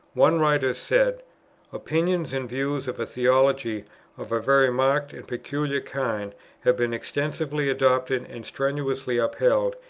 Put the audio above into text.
one writer said opinions and views of a theology of a very marked and peculiar kind have been extensively adopted and strenuously upheld,